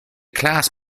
class